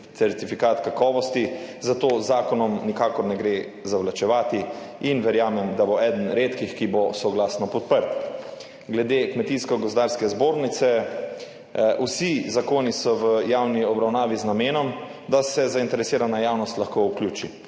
certifikat kakovosti. Zato z zakonom nikakor ne gre zavlačevati in verjamem, da bo eden redkih, ki bo soglasno podprt. Glede Kmetijsko gozdarske zbornice. Vsi zakoni so v javni obravnavi z namenom, da se zainteresirana javnost lahko vključi,